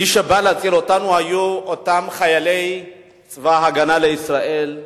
מי שבא להציל אותנו היו אותם חיילי צבא-הגנה לישראל,